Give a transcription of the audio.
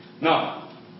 Now